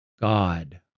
God